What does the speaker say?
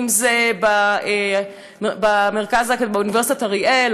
אם זה באוניברסיטת אריאל,